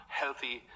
healthy